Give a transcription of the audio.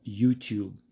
YouTube